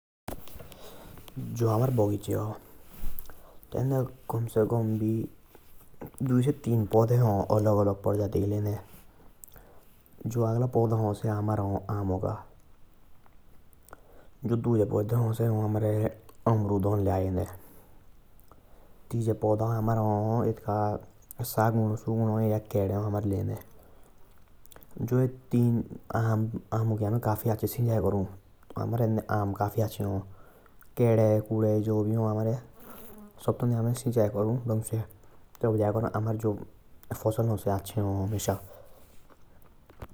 जो हमारे बगीचे आ तेंदे कम से कम भी दो से जादा परजाति के पड़े हां। आम और केड़े और शगुन हां। अमे सबतांदें सिचाई करु।